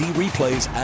replays